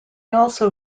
also